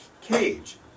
cage